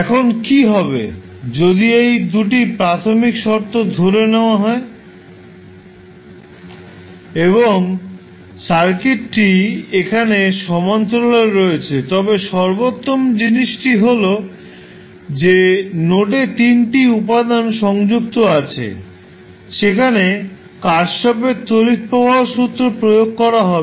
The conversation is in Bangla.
এখন কী হবে যদি এই দুটি প্রাথমিক শর্ত ধরে নেওয়া হয় এবং সার্কিটটি এখানে সমান্তরালে রয়েছে তবে সর্বোত্তম জিনিসটি হল যে নোডে 3 টি উপাদান সংযুক্ত আছে সেখানে কারশ্যাফ এর তড়িৎ প্রবাহ সূত্র প্রয়োগ করা হবে